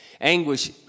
Anguish